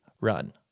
run